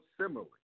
similarly